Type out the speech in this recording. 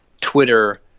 Twitter